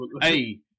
Hey